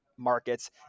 Markets